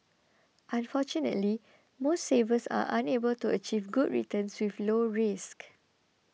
unfortunately most savers are unable to achieve good returns with low risk